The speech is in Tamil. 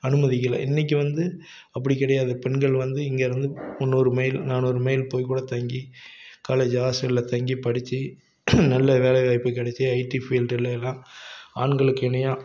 அனுமதிக்கலை இன்னைக்கு வந்து அப்படி கிடையாது பெண்கள் வந்து இங்கே இருந்து முந்னூறு மைல் நானூறு மைல் போய் கூட தங்கி காலேஜு ஹாஸ்டலில் தங்கி படிச்சு நல்ல வேலைவாய்ப்பு கிடச்சி ஐடி ஃபீல்டில் எல்லாம் ஆண்களுக்கு இணையாக